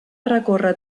recórrer